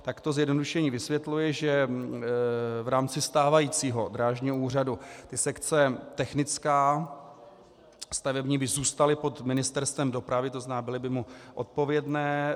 Tak to zjednodušení vysvětluje, že v rámci stávajícího Drážního úřadu by sekce technická a stavební zůstaly pod Ministerstvem dopravy, to znamená byly by mu odpovědné.